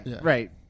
right